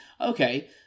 Okay